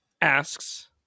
asks